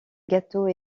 gâteau